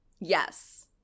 Yes